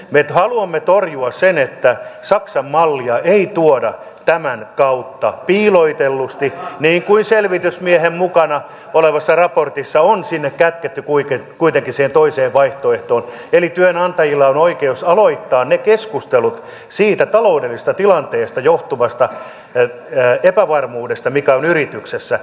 me haluamme torjua sen että saksan malli tuodaan tämän kautta piilotellusti mikä selvitysmiehen raportissa on kätketty kuitenkin siihen toiseen vaihtoehtoon eli työnantajilla on oikeus aloittaa ne keskustelut siitä taloudellisesta tilanteesta johtuvasta epävarmuudesta mikä on yrityksessä